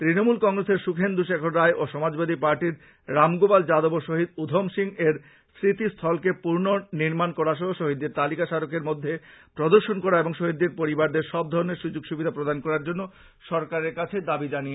তৃণমূল কংগ্রেসের সুখেন্দু শেখর রায় এবং সমাজবাদী পার্টীর রামগোপাল যাদবও শহীদ উধম সিং এর স্মৃতিস্থলকে পুননির্মান করা সহ শহীদদের তালিকা স্মারকের মধ্যে প্রদর্শন করা এবং শহীদদের পরিবারদের সবধরণের সুবিধা প্রদান করার জন্য সরকারের কাছে দাবী জানান